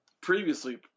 previously